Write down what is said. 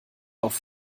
auf